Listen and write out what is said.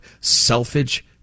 selfish